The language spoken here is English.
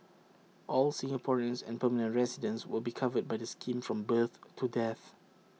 all Singaporeans and permanent residents will be covered by the scheme from birth to death